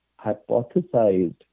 hypothesized